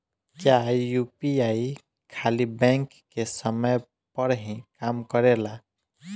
क्या यू.पी.आई खाली बैंक के समय पर ही काम करेला?